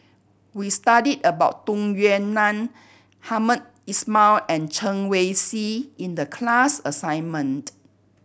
we studied about Tung Yue Nang Hamed Ismail and Chen Wen Hsi in the class assignment